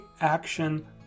action